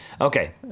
Okay